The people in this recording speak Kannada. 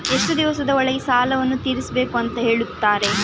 ಎಷ್ಟು ದಿವಸದ ಒಳಗೆ ಸಾಲವನ್ನು ತೀರಿಸ್ಬೇಕು ಅಂತ ಹೇಳ್ತಿರಾ?